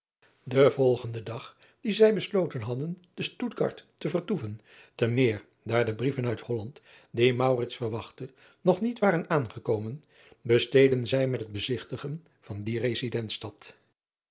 en volgenden dag dien zij besloten hadden te tuttgard te vertoeven te meer daar de brieven uit olland die verwachtte nog niet waren aangekomen besteedden zij met het bezigtigen van die